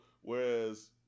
whereas